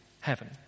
Heaven